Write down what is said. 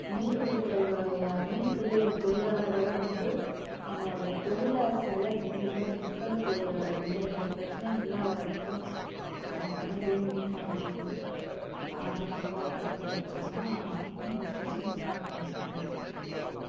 மீன் பிடித்தல் உடைய மீன் பிடி தொழிலாளர்களும் வந்து தங்களுடைய தொழில சரியாக செஞ்சுட்டு மக்களுக்கு எந்தவித பிரச்சினையும் இல்லாத அளவுக்கு அவங்க படகையும் மீன் வலைகளையும் பாதுகாப்பாக ஒரு இடத்துல வைச்சோமுன்னா எந்த பிரச்சினையும் இருக்காதுன்னு நினைக்கிறேன் நான்